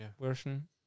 version